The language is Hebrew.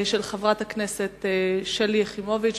של חברת הכנסת שלי יחימוביץ.